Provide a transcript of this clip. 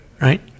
Right